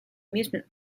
amusement